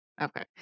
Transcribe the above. Okay